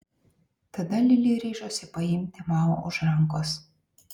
tada lili ryžosi paimti mao už rankos